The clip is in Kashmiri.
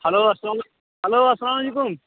ہیٚلو اَسلامُ ہیٚلو اسلام علَیکُم